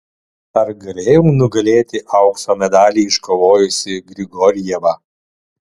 ar galėjau nugalėti aukso medalį iškovojusį grigorjevą